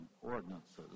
ordinances